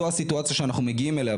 זו הסיטואציה שאנחנו מגיעים אליה,